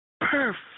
perfect